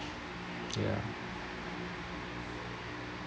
ya